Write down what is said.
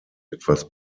etwas